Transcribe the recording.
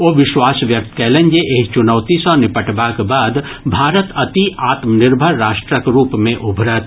ओ विश्वास व्यक्त कयलनि जे एहि चुनौती सँ निपटबाक बाद भारत अति आत्मनिर्भर राष्ट्रक रूप मे उभरत